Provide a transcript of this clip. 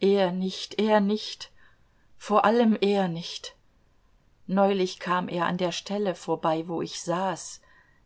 er nicht er nicht vor allem er nicht neulich kam er an der stelle vorbei wo ich saß